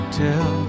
tell